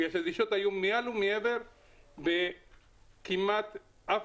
בגלל שהדרישות היו מעל ומעבר וכמעט אף